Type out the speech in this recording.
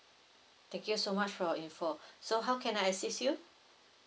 thank you so much for your info so how can I assist you